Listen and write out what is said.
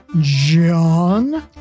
John